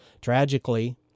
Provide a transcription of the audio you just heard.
Tragically